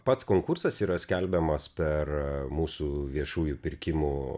pats konkursas yra skelbiamas per mūsų viešųjų pirkimų